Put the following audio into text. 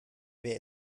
wer